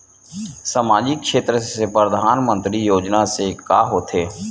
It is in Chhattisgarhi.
सामजिक क्षेत्र से परधानमंतरी योजना से का होथे?